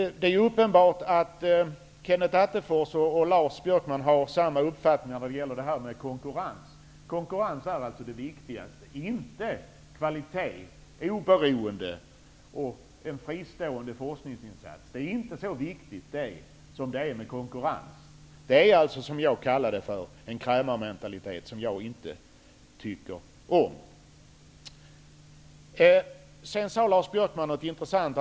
Det är ju uppenbart att Kenneth Attefors och Lars Björkman har samma uppfattning när det gäller konkurrens. Konkurrens är alltså det viktigaste. Kvalitet, oberoende och en fristående forskningsinsats är inte lika viktigt som konkurrens. Detta är vad jag kallar en krämarmentalitet, som jag inte tycker om. Lars Björkman sade någonting intressant.